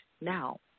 now